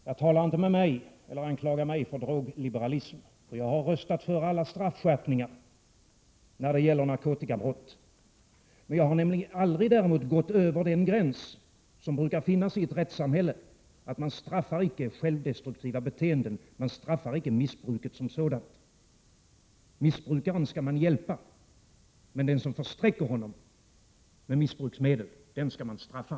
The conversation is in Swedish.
Herr talman! Ja, anklaga inte mig för drogliberalism, för jag har röstat för alla straffskärpningar när det gäller narkotikabrott. Däremot har jag aldrig gått över den gräns som brukar finnas i ett rättssamhälle, att man icke straffar självdestruktiva beteenden. Man straffar icke missbruket som sådant. Missbrukaren skall man hjälpa, men den som försträcker honom missbruksmedel skall man straffa.